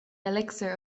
elixir